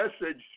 message